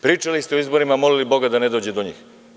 Pričali ste o izborima, a molili boga da ne dođe do njih.